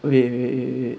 wait